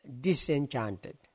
disenchanted